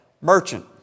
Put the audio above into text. merchant